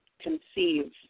conceive